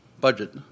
budget